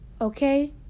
Okay